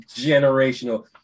generational